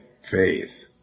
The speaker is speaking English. faith